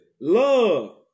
love